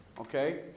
Okay